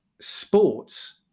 sports